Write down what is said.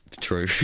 true